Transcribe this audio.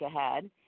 ahead